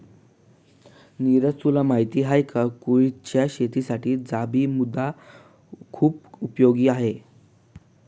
निरज तुला माहिती आहे का? कुळिथच्या शेतीसाठी जांभी मृदा खुप उपयोगी आहे